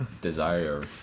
Desire